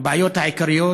הבעיות העיקריות